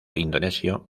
indonesio